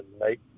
make